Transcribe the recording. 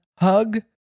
hug